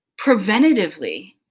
preventatively